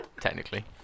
technically